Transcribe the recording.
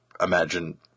imagine